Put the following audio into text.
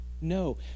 No